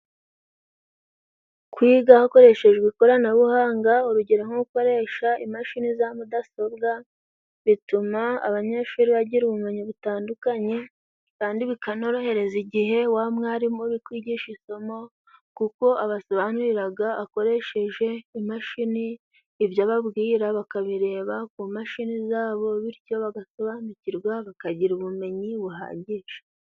Kwiga hakoreshejwe ikoranabuhanga urugero nk'ogukoresha imashini za mudasobwa bituma abanyeshuri bagira ubumenyi butandukanye kandi bikanorohereza igihe wa mwarimu urikwigisha isomo kuko abasobanuriraga akoresheje imashini ibyo ababwira bakabireba kumashini zabo bityo bagasobanukirwa bakagira ubumenyi buhagije.